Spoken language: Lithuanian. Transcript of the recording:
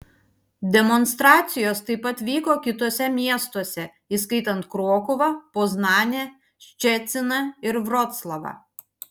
demonstracijos taip pat vyko kituose miestuose įskaitant krokuvą poznanę ščeciną ir vroclavą